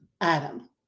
Adam